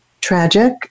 tragic